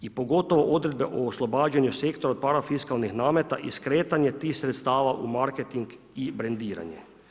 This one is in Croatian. I pogotovo odredbe o oslobađanju sektora od parafiskalnih nameta i skretanje tih sredstava u marketing i brendiranje.